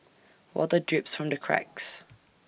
water drips from the cracks